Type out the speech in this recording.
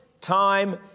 time